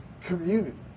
community